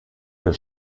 der